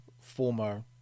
former